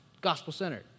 gospel-centered